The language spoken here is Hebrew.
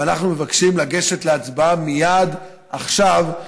ואנחנו מבקשים לגשת להצבעה מייד עכשיו.